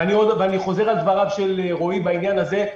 ואני חוזר על דבריו של רועי בעניין הזה.